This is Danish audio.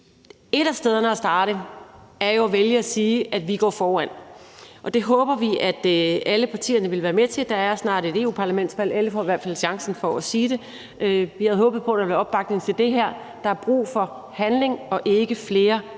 Et af stederne at starte er jo at vælge at sige, at vi går foran, og det håber vi at alle partierne vil være med til – der er snart et europaparlamentsvalg, så alle får i hvert fald chancen for at sige det. Og vi havde håbet på, at der ville være opbakning til det her. Der er brug for handling og ikke flere